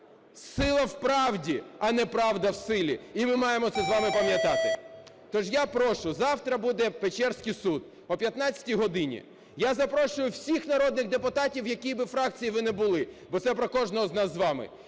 Сила в правді, а не правда в силі, і ми маємо це з вами пам'ятати. То ж я прошу, завтра буде Печерський суд о 15 годині. Я запрошую всіх народних депутатів, у якій би фракції ви не були, бо це про кожного з нас з вами,